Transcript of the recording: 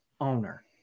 owner